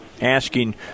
asking